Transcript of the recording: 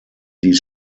dies